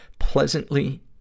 pleasantly